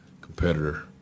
competitor